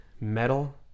metal